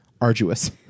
arduous